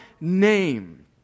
name